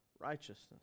righteousness